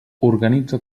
organitza